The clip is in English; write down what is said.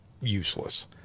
useless